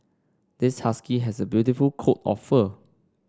this husky has a beautiful coat of fur